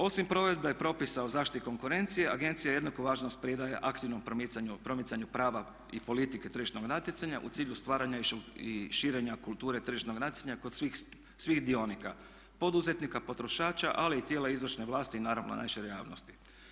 Osim provedbe propisa o zaštiti konkurencije agencija je jednako važna spredaja aktivnog promicanja o promicanju prava i politike tržišnog natjecanja u cilju stvaranja i širenja kulture tržišnog natjecanja kod svih dionika poduzetnika, potrošača ali i tijela izvršne vlasti i naravno najšire javnosti.